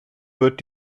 wird